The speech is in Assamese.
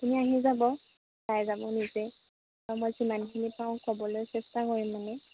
আপুনি আহি যাব চাই যাব নিজে মই যিমানখিনি পাওঁ ক'বলৈ চেষ্টা কৰিম মানে